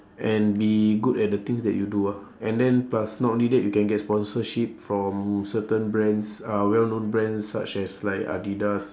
and be good at the things that you do ah and then plus not only that you can get sponsorship from certain brands uh well known brands such as like adidas